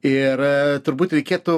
ir turbūt reikėtų